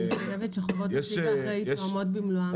אני חושבת שהחובות של נציג אחראי תואמות במלואן.